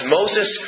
Moses